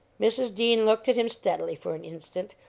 mrs. dean looked at him steadily for an instant,